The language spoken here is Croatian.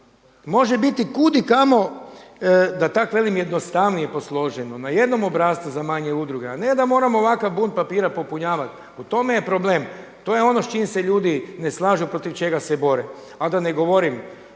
može biti kudikamo da tako velim jednostavnije posloženo, na jednom obrascu za manje udruge a ne da moramo ovakav bunt papira popunjavati. U tome je problem, to je ono s čime se ljudi ne slažu, protiv čega se bore. A da ne govorim